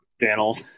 channel